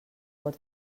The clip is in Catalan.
pot